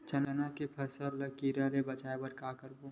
चना के फसल कीरा ले बचाय बर का करबो?